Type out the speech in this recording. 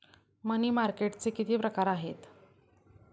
मनी मार्केटचे किती प्रकार आहेत?